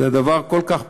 זה דבר כל כך פשוט,